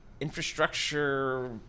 infrastructure